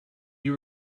you